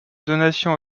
donations